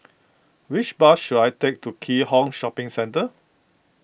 which bus should I take to Keat Hong Shopping Centre